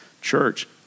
Church